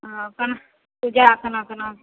हँ अपन पूजा केना केना